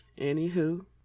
Anywho